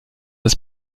das